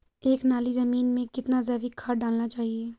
एक नाली जमीन में कितना जैविक खाद डालना चाहिए?